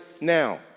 now